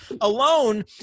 Alone